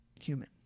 human